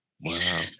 Wow